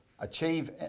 achieve